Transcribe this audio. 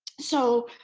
so,